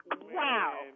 Wow